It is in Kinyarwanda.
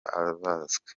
abazwe